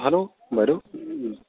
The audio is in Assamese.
হেল্ল' বাইদেউ